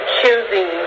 choosing